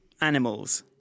animals